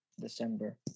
December